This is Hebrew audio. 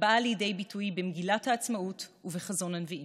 הבאה לידי ביטוי במגילת העצמאות ובחזון הנביאים.